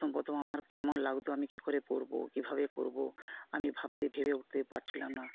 প্রথম প্রথম আমার কেমন লাগত আমি কি করে করবো কিভাবে করবো আমি ভাবতেই ভেবে উঠতে পারছিলাম না